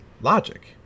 logic